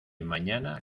mañana